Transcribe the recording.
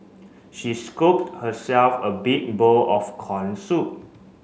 she scooped herself a big bowl of corn soup